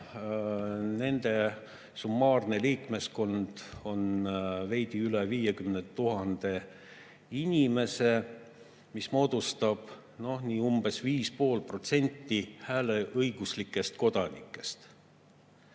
Nende summaarne liikmeskond on veidi üle 50 000 inimese, mis moodustab umbes 5,5% hääleõiguslikest kodanikest. Oleks